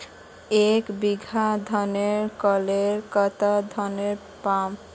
एक बीघा धानेर करले कतला धानेर पाम?